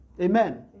Amen